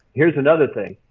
heres another thing,